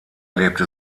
lebte